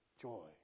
joy